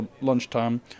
lunchtime